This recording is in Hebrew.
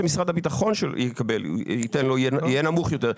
משרד הביטחון שהוא יקבל יהיה נמוך יותר.